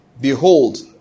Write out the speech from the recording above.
Behold